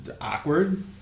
Awkward